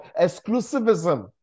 exclusivism